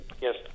Yes